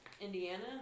Indiana